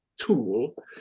tool